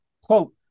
quote